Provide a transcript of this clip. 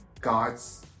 God's